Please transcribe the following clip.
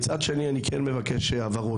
מצד שני אני כן מבקש הבהרות.